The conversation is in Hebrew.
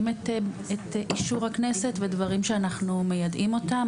את אישור הכנסת ודברים שאנחנו מיידעים אותם,